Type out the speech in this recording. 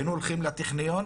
היינו הולכים לטכניון,